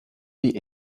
die